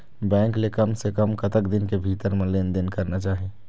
Bank ले कम से कम कतक दिन के भीतर मा लेन देन करना चाही?